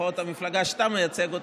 לפחות המפלגה שאתה מייצג,